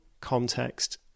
context